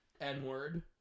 N-word